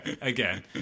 Again